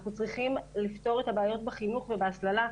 אנחנו צריכים לפתור את הבעיות בחינוך ובהסללה,